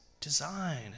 design